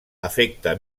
afecta